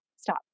stop